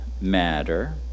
Matter